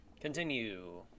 continue